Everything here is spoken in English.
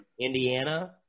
Indiana